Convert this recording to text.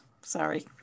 sorry